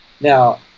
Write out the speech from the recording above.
Now